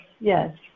yes